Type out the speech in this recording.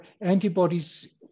antibodies